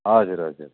हजुर हजुर